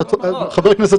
חבר הכנסת צודק,